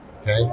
Okay